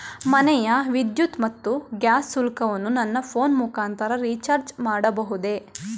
ಮನೆಯ ವಿದ್ಯುತ್ ಮತ್ತು ಗ್ಯಾಸ್ ಶುಲ್ಕವನ್ನು ನನ್ನ ಫೋನ್ ಮುಖಾಂತರ ರಿಚಾರ್ಜ್ ಮಾಡಬಹುದೇ?